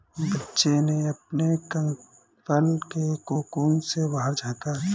बच्चे ने अपने कंबल के कोकून से बाहर झाँका